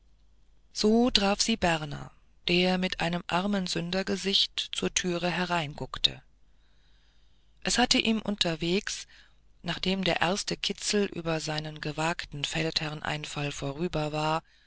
so traf sie berner der mit einem armensündergesicht zur türe hereinguckte es hatte ihm unterwegs nachdem der erste kitzel über seinen gewagten feldherrn einfall vorüber war